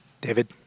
David